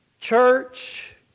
church